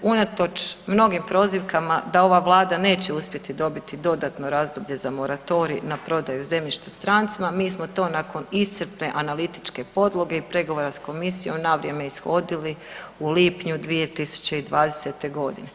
Unatoč mnogim prozivkama da ova Vlada neće uspjeti dobiti dodatno razdoblje za moratorij na prodaju zemljišta strancima mi smo to nakon iscrpne analitičke podloge i pregovora s komisijom navrijeme ishodili u lipnju 2020. godine.